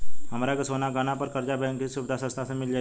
हमरा के सोना गहना पर कर्जा गैर बैंकिंग सुविधा संस्था से मिल जाई का?